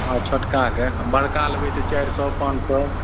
हँ छोटकाके बड़का लेबै तऽ चारि सए पॉँच सए